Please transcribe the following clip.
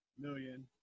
million